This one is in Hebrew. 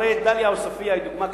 הרי דאליה עוספיא היא דוגמה קלאסית,